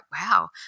wow